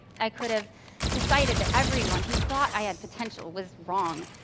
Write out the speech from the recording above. i could have decided that everyone who'd thought i had potential was wrong.